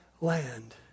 land